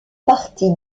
partie